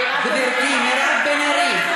(קוראת בשם חברת הכנסת) מירב בן ארי,